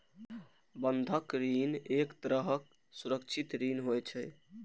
बंधक ऋण एक तरहक सुरक्षित ऋण होइ छै